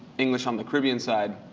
english on the caribbean side.